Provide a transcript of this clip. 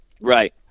Right